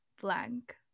blank